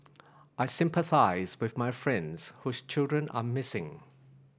I sympathise with my friends whose children are missing